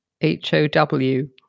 H-O-W